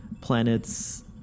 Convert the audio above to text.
planet's